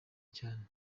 cyane